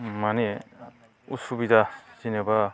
माने असुबिदा जेनेबा